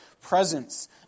presence